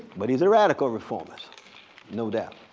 but he's a radical reformist no doubt.